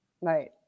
Right